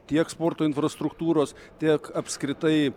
tiek sporto infrastruktūros tiek apskritai